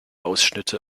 ausschnitte